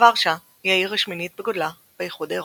ורשה היא העיר השמינית בגודלה באיחוד האירופי.